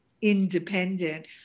independent